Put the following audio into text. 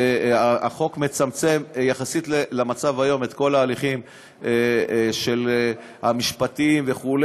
החוק מצמצם יחסית למצב היום את כל ההליכים המשפטיים וכו',